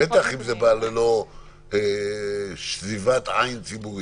בטח אם זה בא ללא שזיפת עין ציבורית.